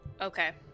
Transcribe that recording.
Okay